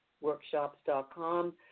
workshops.com